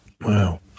Wow